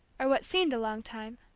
or what seemed a long time,